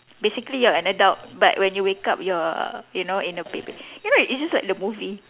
basically you're an adult but when you wake up you are you know in a baby you know it's just like the movie